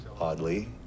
oddly